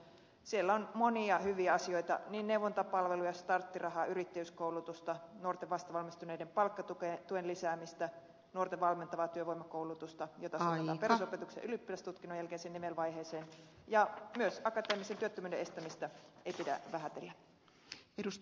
siellä on monia hyviä asioita niin neuvontapalvelu ja starttiraha yrittäjyyskoulutusta nuorten vastavalmistuneiden palkkatuen lisäämistä nuorten valmentavaa työvoimakoulutusta jota sovelletaan ylioppilastutkinnon jälkeiseen nivelvaiheeseen ja myöskään akateemisen työttömyyden estämistä ei pidä vähätellä